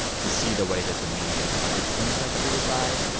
to see the way that the media covers things like suicide.